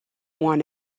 want